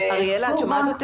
אריאלה, את שומעת אותי?